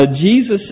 Jesus